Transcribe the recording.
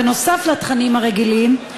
בנוסף לתכנים הרגילים,